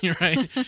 Right